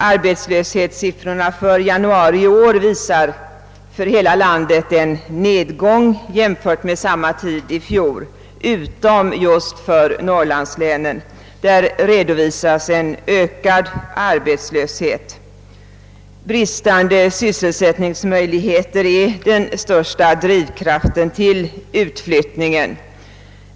Arbetslöshetssiffrorna för januari i år visar för hela landet en nedgång jämfört med samma tid i fjol utom just för Norrlandslänen. Bristande sysselsättningsmöjligheter är den största drivkraften till utflyttningen.